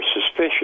suspicious